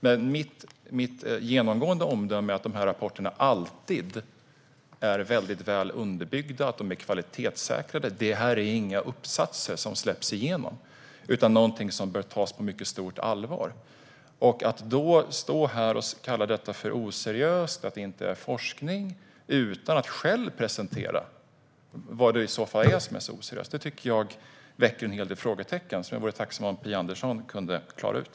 Men mitt genomgående omdöme är att de här rapporterna alltid är väldigt väl underbyggda och kvalitetssäkrade. Det är inga uppsatser som släpps igenom, utan det är något som bör tas på mycket stort allvar. Att man då kallar detta för oseriöst och att det inte är forskning utan att själv presentera vad som i så fall är oseriöst är något som jag tycker väcker en del frågetecken, som jag vore tacksam om Phia Andersson kunde räta ut.